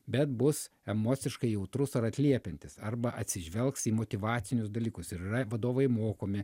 bet bus emociškai jautrus ar atliepiantis arba atsižvelgs į motyvacinius dalykus ir yra vadovai mokomi